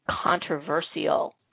controversial